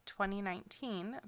2019